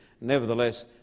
Nevertheless